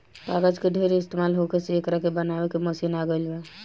कागज के ढेर इस्तमाल होखे से एकरा के बनावे के मशीन आ गइल बा